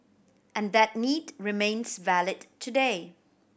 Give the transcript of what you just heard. and that need remains valid today